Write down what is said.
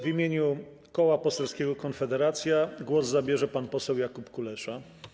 W imieniu Koła Poselskiego Konfederacja głos zabierze pan poseł Jakub Kulesza.